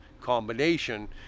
combination